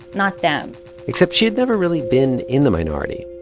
not them except she had never really been in the minority,